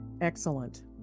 Excellent